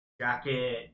jacket